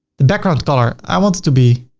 the background color. i want it to be,